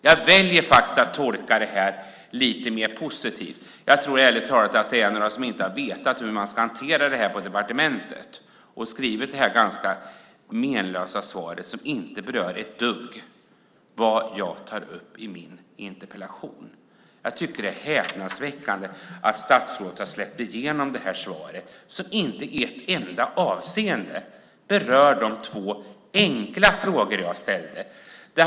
Jag väljer att tolka detta lite mer positivt. Jag tror att det är några på departementet som inte har vetat hur man ska hantera det här som har skrivit det här ganska menlösa svaret som inte alls berör det som jag tar upp i min interpellation. Jag tycker att det är häpnadsväckande att statsrådet har släppt igenom det här svaret som inte i ett enda avseende berör de två enkla frågor jag ställde.